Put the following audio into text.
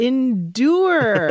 Endure